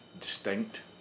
distinct